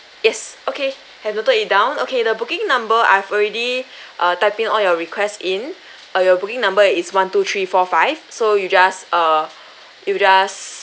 yes okay have you took it down okay the booking number I've already uh type in on your request in uh your booking number is one two three four five so you just err you just